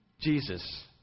Jesus